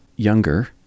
Younger